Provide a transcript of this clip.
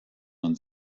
man